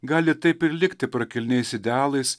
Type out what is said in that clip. gali taip ir likti prakilniais idealais